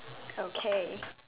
okay